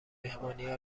مهمانیها